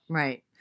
right